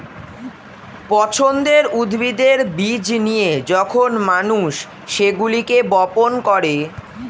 পছন্দের উদ্ভিদের বীজ নিয়ে যখন মানুষ সেগুলোকে বপন করে